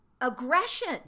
aggression